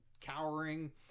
cowering